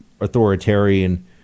authoritarian